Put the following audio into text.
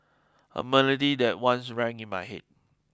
a melody that once rang in my head